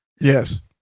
Yes